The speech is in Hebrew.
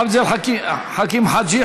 עבד אל חכים חאג'